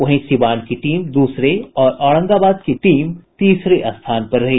वहीं सिवान की टीम दूसरे और औरंगाबाद की टीम तीसरे स्थान पर रही